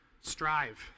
strive